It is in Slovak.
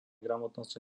gramotnosti